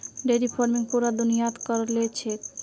dairy farming पूरा दुनियात क र छेक